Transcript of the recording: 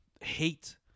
hate